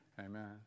Amen